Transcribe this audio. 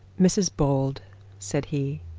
mrs bold said he,